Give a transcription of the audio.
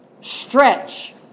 Stretch